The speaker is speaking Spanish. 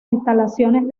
instalaciones